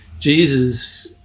Jesus